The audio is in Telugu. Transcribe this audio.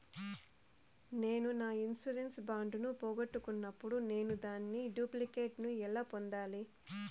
నేను నా ఇన్సూరెన్సు బాండు ను పోగొట్టుకున్నప్పుడు నేను దాని డూప్లికేట్ ను ఎలా పొందాలి?